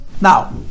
Now